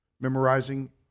memorizing